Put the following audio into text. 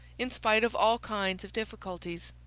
in spite of all kinds of difficulties.